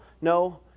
no